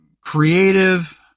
creative